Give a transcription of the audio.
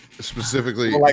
specifically